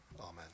Amen